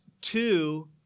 two